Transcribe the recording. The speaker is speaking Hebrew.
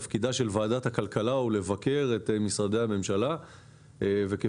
תפקידה של ועדת הכלכלה הוא לבקר את משרדי הממשלה וכפי